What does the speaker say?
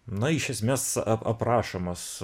na iš esmės ap aprašomos